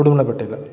உடுமலைப்பேட்டையில்